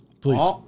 please